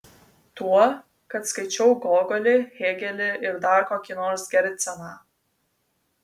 tuo kad skaičiau gogolį hėgelį ir dar kokį nors gerceną